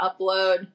upload